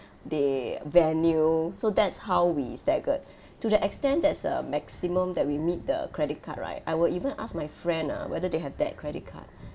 the venue so that's how we staggered to the extent there's a maximum that we meet the credit card right I will even ask my friend ah whether they have that credit card